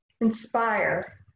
inspire